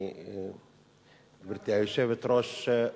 גברתי היושבת-ראש,